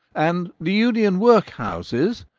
and the union workhouses?